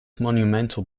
monumental